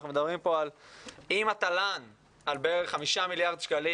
אנחנו מדברים פה עם התל"ן על בערך 5 מיליארד שקלים